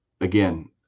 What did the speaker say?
again